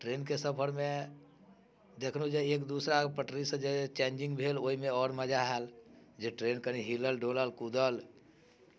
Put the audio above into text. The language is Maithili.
ट्रेनके सफरमे देखलहुँ जे एक दोसराके पटरी से जे चेंजिङ्ग भेल ओहिमे आओर मजा आएल जे ट्रेन कनि हिलल डुलल कूदल